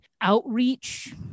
outreach